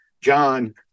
John